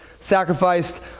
sacrificed